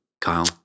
Kyle